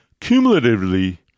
Cumulatively